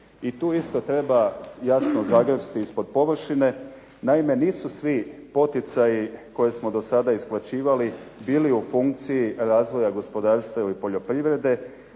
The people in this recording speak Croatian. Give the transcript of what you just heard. I tu isto treba jasno zagrepsti ispod površine. Naime, nisu svi poticaji koje smo do sada isplaćivali bili u funkciji razvoja gospodarstva ili poljoprivrede,